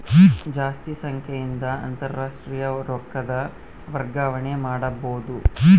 ಜಾಸ್ತಿ ಸಂಖ್ಯೆಯಿಂದ ಅಂತಾರಾಷ್ಟ್ರೀಯ ರೊಕ್ಕದ ವರ್ಗಾವಣೆ ಮಾಡಬೊದು